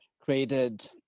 created